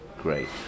great